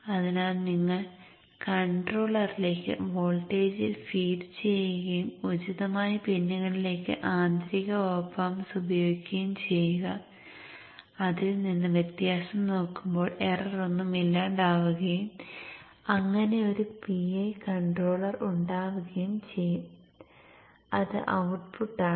അതിനാൽ നിങ്ങൾ കൺട്രോളറിലേക്ക് വോൾട്ടേജിൽ ഫീഡ് ചെയ്യുകയും ഉചിതമായ പിന്നുകളിലേക്ക് ആന്തരിക op amps ഉപയോഗിക്കുകയും ചെയ്യുക അതിൽ നിന്ന് വ്യത്യാസം നോക്കുമ്പോൾ എറർ ഒന്നും ഇല്ലാണ്ടാവുകയും അങ്ങനെ ഒരു PI കോൺട്രോളർ ഉണ്ടാവുകയും ചെയ്യും അത് ഔട്ട്പുട്ട് ആണ്